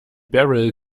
barrel